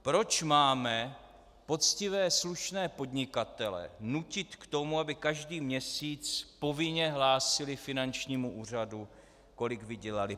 Proč máme poctivé slušné podnikatele nutit k tomu, aby každý měsíc povinně hlásili finančnímu úřadu, kolik vydělali?